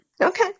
Okay